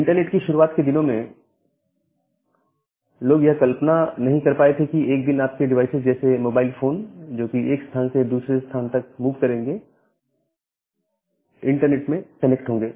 internet की शुरुआत के दिनों के दौरान लोग यह कल्पना नहीं कर पाए थे कि एक दिन आपके डिवाइसेज जैसे मोबाइल फोन जो कि एक स्थान से दूसरे स्थान तक मूव करेंगे और इंटरनेट पर कनेक्ट होंगे